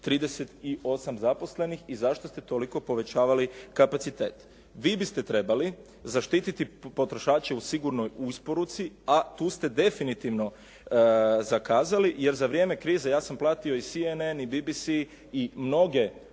38 zaposlenih i zašto ste toliko povećavali kapacitet? Vi biste trebali zaštititi potrošače u sigurnoj isporuci, a tu ste definitivno zakazali jer za vrijeme krize, ja sam pratio CNN i BBC i mnoge izvještajne